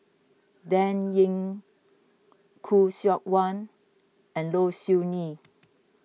Dan Ying Khoo Seok Wan and Low Siew Nghee